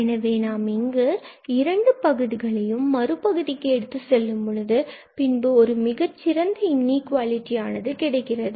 எனவே நாம் இங்கு இரண்டு பகுதிகளையும் மறு பகுதிக்கு எடுத்துச் செல்லும் பொழுது பின்பு நம்மிடம் ஒரு மிகச்சிறந்த இனிஇகுவாலிட்டி ஆனது கிடைக்கிறது